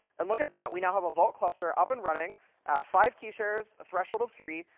and look at that. we now have a vault cluster up and running five key shares, a threshold of three.